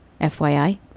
FYI